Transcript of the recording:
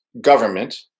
government